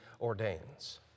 ordains